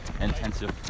intensive